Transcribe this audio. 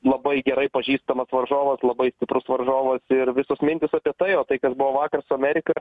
labai gerai pažįstamas varžovas labai stiprus varžovas ir visos mintys apie tai o tai kas buvo vakaras su amerika